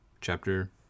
chapter